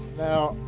now,